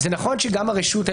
"הצעת חוק בתי המשפט (תיקון,